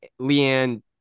Leanne